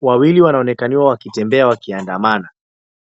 Wawili wanaonekaniwa wakitembea wakiandamana